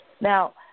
now